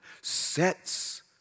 sets